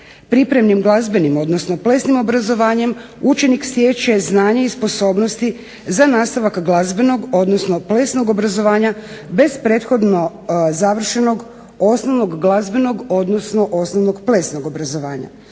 Pripremnim glazbenim, odnosno plesnim obrazovanjem učenik stječe znanje i sposobnosti za nastavak glazbenog, odnosno plesnog obrazovanja bez prethodno završenog osnovnog glazbenog, odnosno osnovnog plesnog obrazovanja.